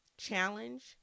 challenge